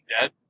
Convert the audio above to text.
Dead